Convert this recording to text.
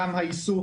אם זה האיסוף,